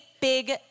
big